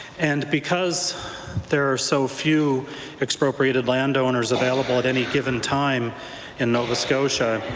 and because there are so few expropriated landowners available at any given time in nova scotia,